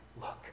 Look